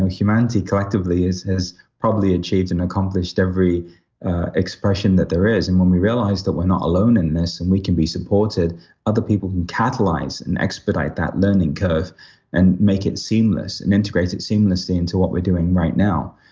humanity collectively has probably achieved and accomplished every expression that there is. and when we realize that we're not alone in this and we can be supported other people can catalyze and expedite that learning curve and make it seamless and integrate it seamlessly into what we're doing right now.